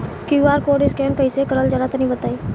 QR code scan कैसे क़रल जला तनि बताई?